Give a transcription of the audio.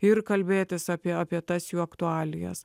ir kalbėtis apie apie tas jų aktualijas